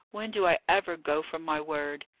when do i ever go from my word?